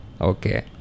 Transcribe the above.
Okay